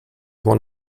one